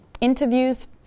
interviews